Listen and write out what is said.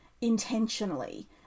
intentionally